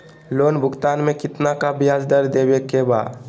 Loan भुगतान में कितना का ब्याज दर देवें के बा?